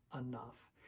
enough